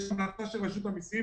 יש המלצה של רשות המיסים,